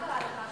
מה קרה לך?